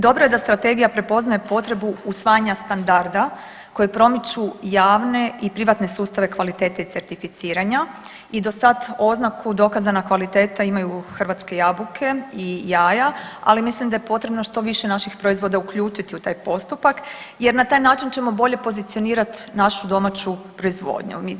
Dobro je da strategija prepoznaje potrebu usvajanja standarda koji promiču javne i privatne sustave kvalitete i certificiranja i do sad oznaka dokazana kvaliteta imaju hrvatske jabuke i jaja, ali mislim da je potrebno što više naših proizvoda uključiti u taj postupak jer na taj način ćemo bolje pozicionirati našu domaću proizvodnju.